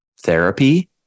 therapy